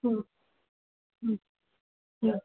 ಹ್ಞೂ ಹ್ಞೂ ಹ್ಞೂ